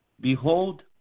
Behold